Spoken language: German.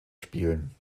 spielen